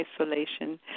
isolation